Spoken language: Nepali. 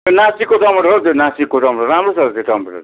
नासिकको टमाटर हौ त्यो नासिकको टमाटर राम्रो छ त्यो टमाटर